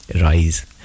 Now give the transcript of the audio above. Rise